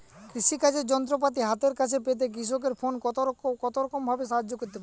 কৃষিকাজের যন্ত্রপাতি হাতের কাছে পেতে কৃষকের ফোন কত রকম ভাবে সাহায্য করতে পারে?